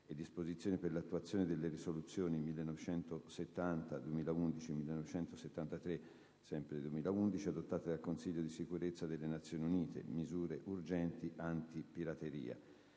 disposizioni per l’attuazione delle Risoluzioni 1970 (2011) e 1973 (2011) adottate dal Consiglio di Sicurezza delle Nazioni Unite. Misure urgenti antipirateria